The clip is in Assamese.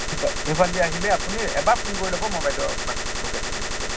সেই সেইফালদি আহিলেই আপুনি এবাৰ ফোন কৰি ল'ব মই বাইদ' আপোনাক লোকেচনটো দেখুৱাই দিম